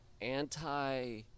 anti